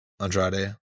Andrade